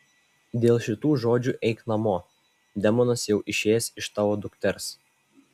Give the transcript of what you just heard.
dėl šitų žodžių eik namo demonas jau išėjęs iš tavo dukters